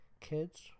kids